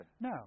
No